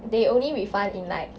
they only refund in like